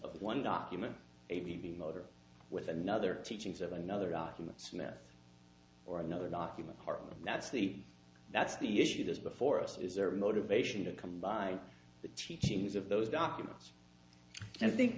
of one document a b v motor with another teachings of another documents meth or another document harlem that's the that's the issues before us it is their motivation to combine the teachings of those documents and i think